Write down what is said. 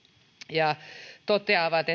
ja toteavat